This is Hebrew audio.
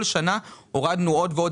כל שנה הורדנו עוד ועוד.